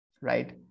right